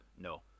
No